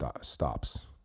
stops